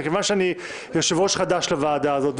מכיוון שאני יושב-ראש חדש לוועדה הזו,